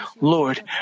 Lord